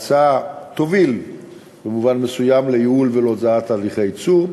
החוק המוצע יוביל במובן מסוים לייעול ולהוזלת הליכי הייצור,